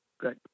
good